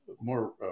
more